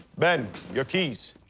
ben, your keys.